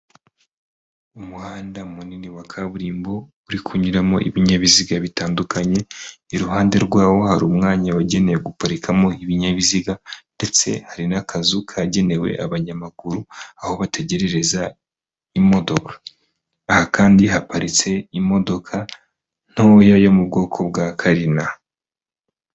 Umuhanda munini wa kaburimbo uri kunyuramo ibinyabiziga bitandukanye, iruhande rwawo hari umwanya wagenewe guparikamo ibinyabiziga ndetse hari n'akazu kagenewe abanyamaguru aho bategerereza imodoka, aha kandi haparitse imodoka ntoya yo mu bwoko bwa karina.